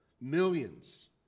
millions